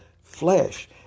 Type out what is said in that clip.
flesh